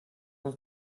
uns